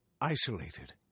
isolated